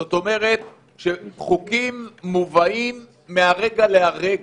זאת אומרת שחוקים מובאים מהרגע להרגע.